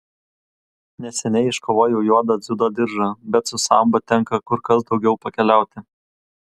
neseniai iškovojau juodą dziudo diržą bet su sambo tenka kur kas daugiau pakeliauti